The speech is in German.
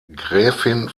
gräfin